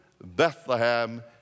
Bethlehem